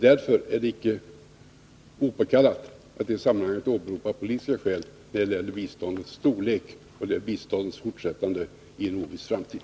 Därför är det icke opåkallat att i sammanhanget åberopa politiska skäl när det gäller biståndets storlek och dess fortsättande in i en oviss framtid.